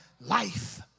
life